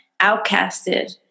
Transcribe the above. outcasted